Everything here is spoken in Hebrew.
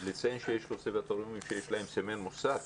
לציין שיש קונסרבטוריונים שיש להם סמל מוסד.